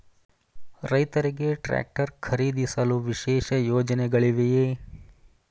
ರೈತರಿಗೆ ಟ್ರಾಕ್ಟರ್ ಖರೀದಿಸಲು ವಿಶೇಷ ಯೋಜನೆಗಳಿವೆಯೇ?